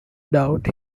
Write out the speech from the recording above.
doubt